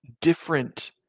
different